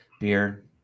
beer